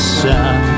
sun